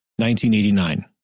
1989